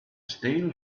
steel